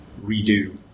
redo